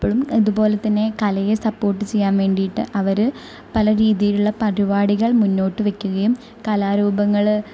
അപ്പഴും ഇതുപോലെ തന്നെ കലയെ സപ്പോർട്ട് ചെയ്യാൻ വേണ്ടിട്ട് അവര് പല രീതിയിലുള്ള പരുപാടികൾ മുന്നോട്ടുവയ്ക്കുകയും കലാരൂപങ്ങള്